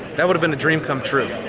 that would have been a dream come true.